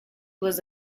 was